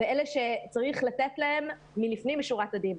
ואלה שצריך לתת להם מלפנים משורת הדין.